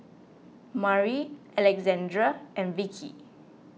Murry Alexandra and Vickie